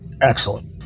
excellent